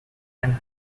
and